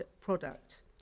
product